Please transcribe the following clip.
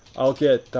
i'll get